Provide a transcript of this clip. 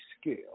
scale